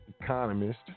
Economist